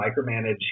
micromanage